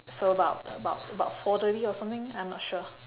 so about about about four thirty or something I'm not sure